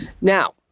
Now